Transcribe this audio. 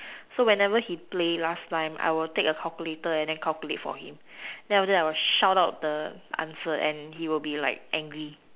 so whenever he play last time I will take a calculator and than calculate for him than after that I will shout out the answer and he will be like angry